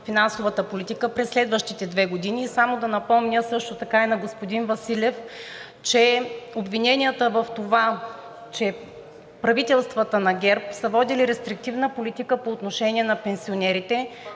финансовата политика през следващите две години. Само да напомня и на господин Василев, че обвиненията в това, че правителствата на ГЕРБ са водили рестриктивна политика по отношение на пенсионерите,